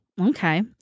Okay